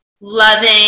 loving